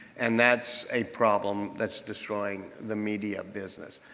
and that's a problem that's destroying the media business.